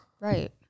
Right